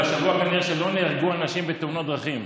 אבל השבוע כנראה לא נהרגו אנשים בתאונות דרכים,